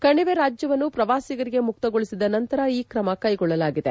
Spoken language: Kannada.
ಕಣಿವೆ ರಾಜ್ಯವನ್ನು ಪ್ರವಾಸಿಗರಿಗೆ ಮುಕ್ತಗೊಳಿಸಿದ ನಂತರ ಈ ಕ್ರಮ ಕೈಗೊಳ್ಳಲಾಗಿದೆ